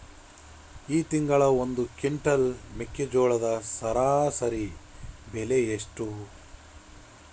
ಈ ತಿಂಗಳ ಒಂದು ಕ್ವಿಂಟಾಲ್ ಮೆಕ್ಕೆಜೋಳದ ಸರಾಸರಿ ಬೆಲೆ ಎಷ್ಟು?